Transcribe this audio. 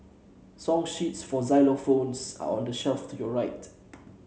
song sheets for xylophones are on the shelf to your right